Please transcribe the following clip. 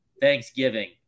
Thanksgiving